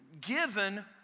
given